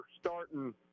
starting